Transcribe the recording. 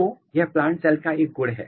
तो यह plant cell का एक गुड है